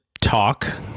talk